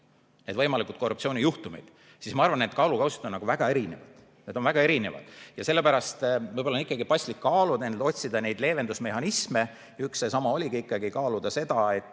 need võimalikud korruptsioonijuhtumid, siis ma arvan, et kaalukausid on väga erinevad. Need on väga erinevad. Ja sellepärast võib-olla on paslik kaaluda ja otsida leevendusmehhanisme. Üks [võimalus] ongi ikkagi kaaluda seda, et